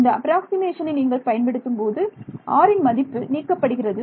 இந்த அப்ராக்ஸிமேஷனை நீங்கள் பயன்படுத்தும் போது r இன் மதிப்பு நீக்கப்படுகிறது